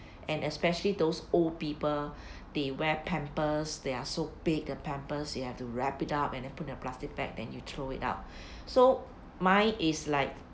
and especially those old people they wear pampers they are so big the pampers you have to wrap it up and put in the plastic bag then you throw it out so mine is like